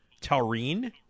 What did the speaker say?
taurine